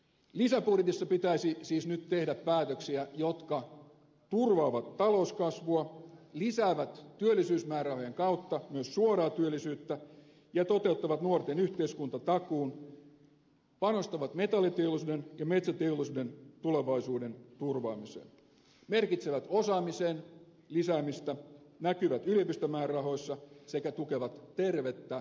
lisäbudjetissa pitäisi siis nyt tehdä päätöksiä jotka turvaavat talouskasvua lisäävät työllisyysmäärärahojen kautta myös suoraan työllisyyttä ja toteuttavat nuorten yhteiskuntatakuun panostavat metalliteollisuuden ja metsäteollisuuden tulevaisuuden turvaamiseen merkitsevät osaamisen lisäämistä näkyvät yliopistomäärärahoissa sekä tukevat tervettä aluekehitystä